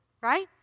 right